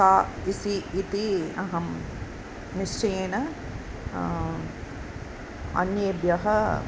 का इति इति अहं निश्चयेन अन्येभ्यः